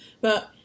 But-